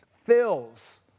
fills